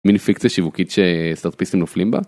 מיני פיקציה שיווקית שסטארטפיסטים נופלים בה.